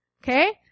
Okay